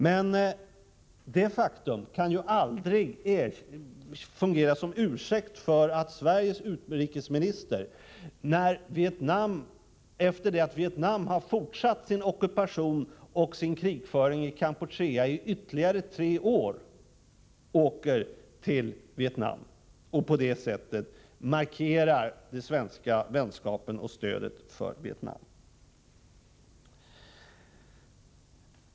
Men detta faktum kan aldrig fungera som ursäkt för att Sveriges utrikesminister, efter det att Vietnam har fortsatt sin ockupation av och krigföring i Kampuchea i ytterligare tre år, åker till Vietnam och på det sättet markerar den svenska vänskapen med och det svenska stödet för Vietnam.